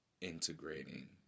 integrating